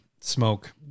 smoke